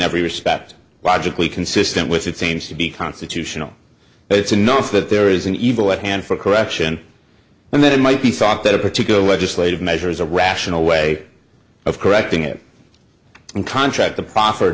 every respect logically consistent with it seems to be constitutional it's enough that there is an evil at hand for correction and then it might be thought that a particular legislative measure is a rational way of correcting it and contract the